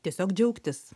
tiesiog džiaugtis